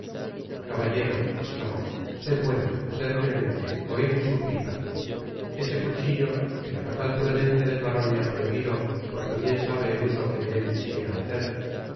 caballero esclamó sed bueno sed clemente oid mi súplica ese cuchi lio que la falal prudencia del baron me ha prohibido porque bien sabe el uso que de él quisiera hacer